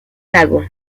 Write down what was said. lago